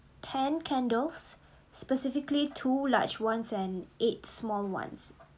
ten candles specifically two large ones and eight small ones